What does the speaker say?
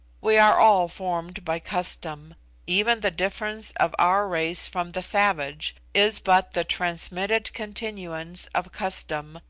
we are all formed by custom even the difference of our race from the savage is but the transmitted continuance of custom,